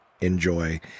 Enjoy